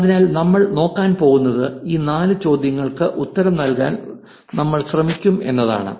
അതിനാൽ നമ്മൾ നോക്കാൻ പോകുന്നത് ഈ നാല് ചോദ്യങ്ങൾക്ക് ഉത്തരം നൽകാൻ നമ്മൾശ്രമിക്കും എന്നതാണ്